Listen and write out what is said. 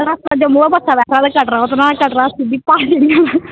जम्मू दा बस्सै बैठना ते सिद्धा कटरा उतरना घरै सिद्धा